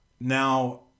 Now